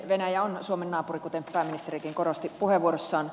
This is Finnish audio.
venäjä on suomen naapuri kuten pääministerikin korosti puheenvuorossaan